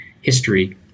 history